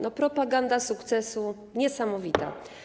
No, propaganda sukcesu niesamowita.